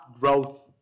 growth